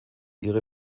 ihre